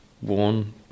One